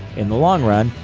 in the long run,